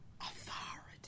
authority